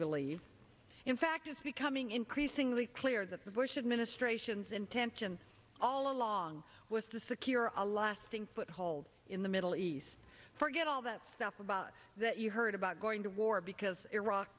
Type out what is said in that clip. believe in fact it's becoming increasingly clear that the bush administration's intention all along was to secure a lasting foothold in the middle east forget all that stuff about that you heard about going to war because iraq